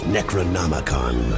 Necronomicon